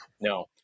no